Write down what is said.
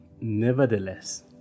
Nevertheless